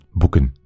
boeken